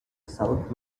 south